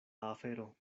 afero